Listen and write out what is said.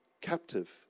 captive